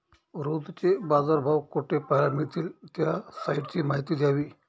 रोजचे बाजारभाव कोठे पहायला मिळतील? त्या साईटची माहिती द्यावी